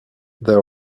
there